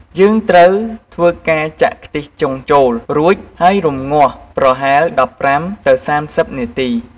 យើងត្រូវធ្វើការចាក់ខ្ទិះចុងចូល រួចហើយរំងាស់ប្រហែល ១៥ទៅ៣០នាទី។